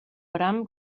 bram